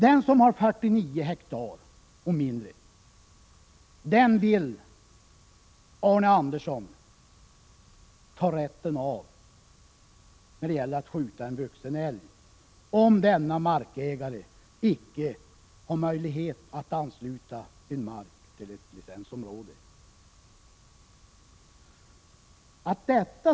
Den som har 49 ha eller mindre vill Arne Andersson ta ifrån rätten att skjuta en vuxen älg om denne markägare icke har möjlighet att ansluta sin mark till ett licensområde.